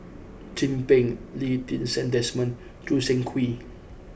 Chin Peng Lee Ti Seng Desmond and Choo Seng Quee